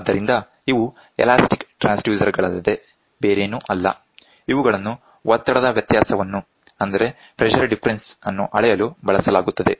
ಆದ್ದರಿಂದ ಇವು elastic transducer ಗಳಲ್ಲದೆ ಬೇರೇನೂ ಅಲ್ಲ ಇವುಗಳನ್ನು ಒತ್ತಡದ ವ್ಯತ್ಯಾಸವನ್ನು ಅಳೆಯಲು ಬಳಸಲಾಗುತ್ತದೆ